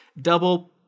Double